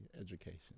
education